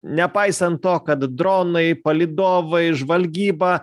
nepaisant to kad dronai palydovai žvalgyba